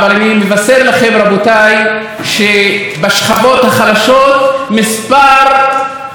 שבשכבות החלשות מספר האנשים העניים גדל,